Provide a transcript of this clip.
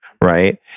Right